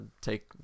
take